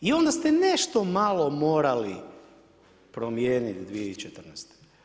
I onda ste nešto malo morali promijeniti 2014.